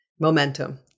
momentum